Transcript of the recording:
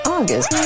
August